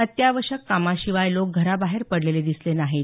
अत्यावश्यक कामाशिवाय लोक घराबाहेर पडलेले दिसले नाहीत